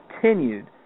continued